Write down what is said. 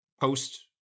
post